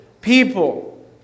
people